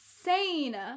insane